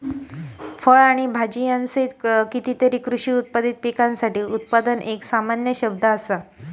फळ आणि भाजीयांसहित कितीतरी कृषी उत्पादित पिकांसाठी उत्पादन एक सामान्य शब्द असा